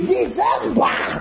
December